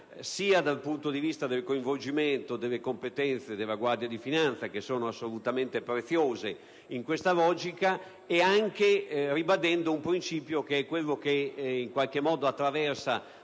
sia dal punto di vista del coinvolgimento delle competenze della Guardia di finanza, che sono assolutamente preziose in questa logica, sia ribadendo il principio (che in qualche modo attraversa